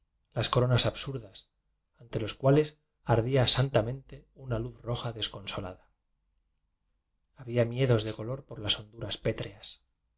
las coronas absurdas ante los cuales ardía santamente una luz roja desconsolada había miedos de color por las honduras